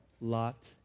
lot